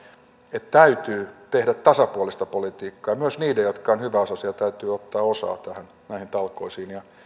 että täytyy tehdä tasapuolista politiikkaa ja myös niiden jotka ovat hyväosaisia täytyy ottaa osaa näihin talkoisiin ja